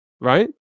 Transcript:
Right